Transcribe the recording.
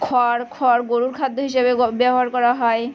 খড় খড় গরুর খাদ্য হিসাবে গো ব্যবহার করা হয়